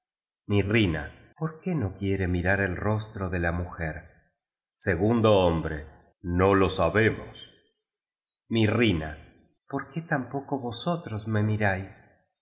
mita mirrina por qué no quiere mirarei rostro de la mujer segundo hombre no lo sabemos mirrina por qué tampoco vosotros roe miráis